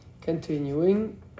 Continuing